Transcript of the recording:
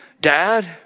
dad